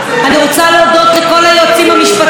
אני רוצה להודות לכל היועצים המשפטיים: